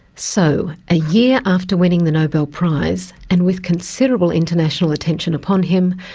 so, a year after winning the nobel prize, and with considerable international attention upon him,